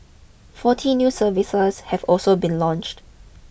forty new services have also been launched